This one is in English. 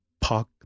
park